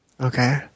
Okay